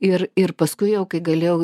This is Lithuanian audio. ir ir paskui jau kai galėjau